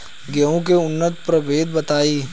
गेंहू के उन्नत प्रभेद बताई?